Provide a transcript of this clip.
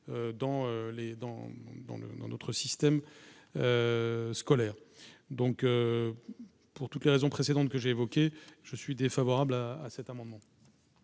dans notre système scolaire, donc pour toutes les raisons précédente que j'ai évoqués, je suis défavorable à à cet amendement.